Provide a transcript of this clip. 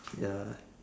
ya